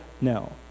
No